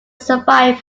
survive